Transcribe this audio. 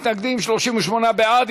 51 מתנגדים, 38 בעד.